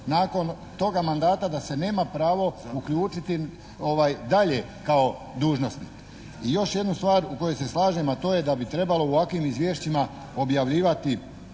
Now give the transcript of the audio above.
nakon toga mandata da se nema pravo uključiti dalje kao dužnosnik. I još jednu stvar u kojoj se slažem a to je da bi trebalo u ovakvim izvješćima objavljivati